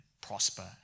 prosper